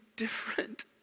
different